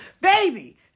baby